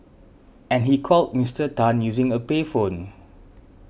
and he called Mister Tan using a payphone